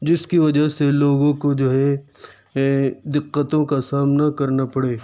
جِس کی وجہ سے لوگوں کو جو ہے دقّتوں کا سامنا کرنا پڑے